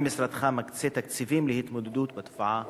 3. האם משרדך מקצה תקציבים להתמודדות עם תופעה זו?